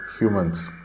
humans